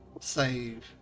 save